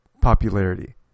popularity